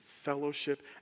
fellowship